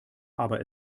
aber